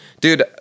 dude